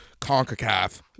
CONCACAF